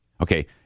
Okay